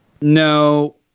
no